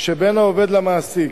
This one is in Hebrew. שבין העובד למעסיק.